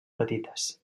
petites